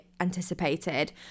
anticipated